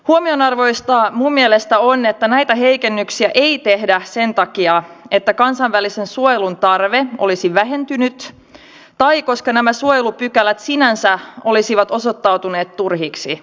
huomionarvoista minun mielestäni on että näitä heikennyksiä ei tehdä sen takia että kansainvälisen suojelun tarve olisi vähentynyt tai koska nämä suojelupykälät sinänsä olisivat osoittautuneet turhiksi